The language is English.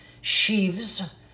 sheaves